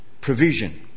provision